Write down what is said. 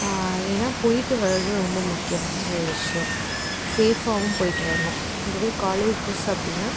ஏன்னா போயிவிட்டு வரது ரொம்ப முக்கியமான ஒரு விஷயம் சேஃப்பாகவும் போயிட்டு வரணும் இதுவே காலேஜ் பஸ் அப்படின்னா